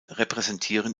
repräsentieren